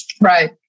Right